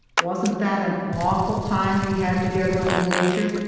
wasn't that an awful time we had together on the glacier?